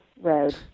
road